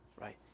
right